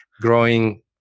growing